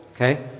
okay